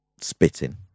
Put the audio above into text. spitting